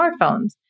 smartphones